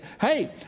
Hey